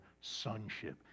sonship